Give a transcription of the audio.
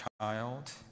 child